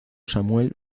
samuel